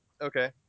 Okay